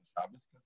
Shabbos